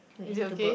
wait I need to burp